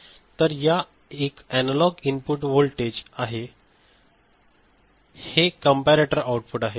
तर हा एक एनालॉग इनपुट व्होल्टेज आहे हे कॅम्परेटोर आउटपुट आहेत